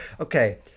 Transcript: Okay